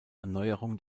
erneuerung